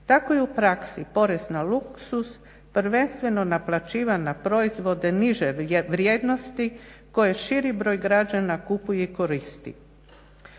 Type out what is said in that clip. Tako je u praksi porez na luksuz prvenstveno naplaćivan na proizvode niže vrijednosti, koje širi broj građana kupuje i koristi.